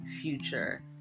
future